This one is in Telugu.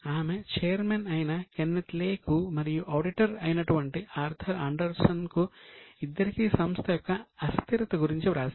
ఆమె చైర్మన్ అయిన కెన్నెత్ లే కు మరియు ఆడిటర్ అయినటువంటి ఆర్థర్ అండర్సన్ కు ఇద్దరికీ సంస్థ యొక్క అస్థిరత గురించి వ్రాసింది